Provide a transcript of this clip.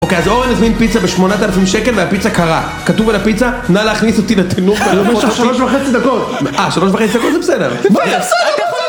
אוקיי, אז אורן הזמין פיצה בשמונת אלפים שקל והפיצה קרה. כתוב על הפיצה, נא להכניס אותי לתנור. אני אומר שעוד שלוש וחצי דקות. אה, שלוש וחצי דקות זה בסדר. זה בסדר